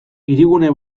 hirigune